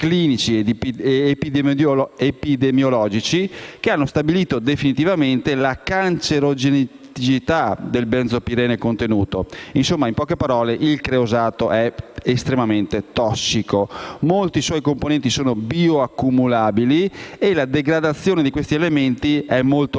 clinici ed epidemiologici, che hanno stabilito definitivamente la cancerogenicità del benzopirene contenuto. In poche parole, il creosoto è estremamente tossico: molti suoi componenti sono bioaccumulabili e la degradazione di questi elementi è molto lenta